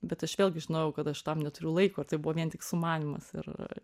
bet aš vėlgi žinojau kad aš tam neturiu laiko ir tai buvo vien tik sumanymas ir